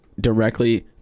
directly